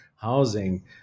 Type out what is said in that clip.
Housing